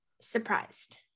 surprised